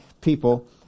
people